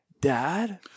Dad